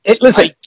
Listen